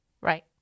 Right